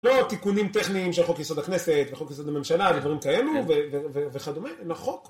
לא תיקונים טכניים של חוק יסוד הכנסת וחוק יסוד הממשלה ודברים כאלו ווכדומה לחוק.